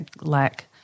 lack